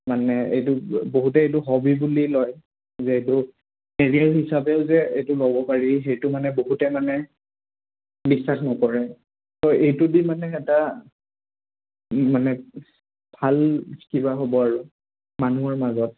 মানে এইটো বহুতে এইটো হবি বুলি লয় যে এইটো কেৰিয়াৰ হিচাপেও যে এইটো ল'ব পাৰি সেইটো মানে বহুতে মানে বিশ্বাস নকৰে এইটো দি মানে এটা মানে ভাল কিবা হ'ব আৰু মানুহৰ মাজত